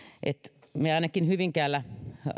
koska ainakin me hyvinkäällä